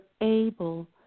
able